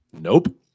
Nope